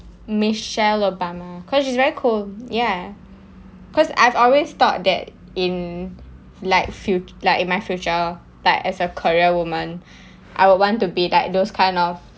michelle obama because she's very cool ya because I've always thought that in like fut~ like in my future like as a career woman I would want to be like those kind of